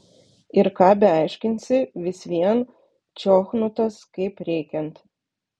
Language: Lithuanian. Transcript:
ir ką beaiškinsi vis vien čiochnutas kaip reikiant